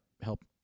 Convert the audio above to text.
help